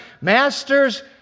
masters